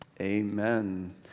Amen